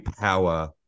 power